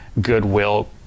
goodwill